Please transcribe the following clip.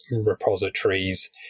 repositories